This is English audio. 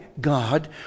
God